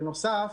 בנוסף,